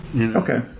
Okay